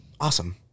Awesome